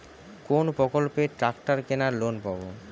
কোন প্রকল্পে ট্রাকটার কেনার লোন পাব?